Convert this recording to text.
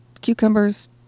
cucumbers